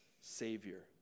Savior